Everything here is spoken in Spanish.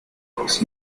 muros